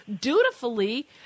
dutifully